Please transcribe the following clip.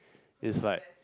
is like